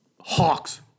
Hawks